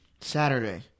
Saturday